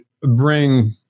bring